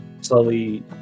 slowly